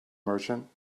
merchant